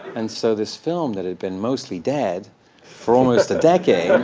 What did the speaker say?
and so this film that had been mostly dead for almost decade